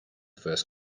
first